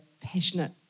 passionate